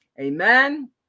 Amen